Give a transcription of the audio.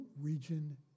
region